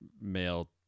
male